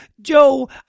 Joe